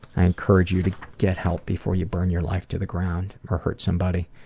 i encourage you to get help before you burn your life to the ground or hurt somebody.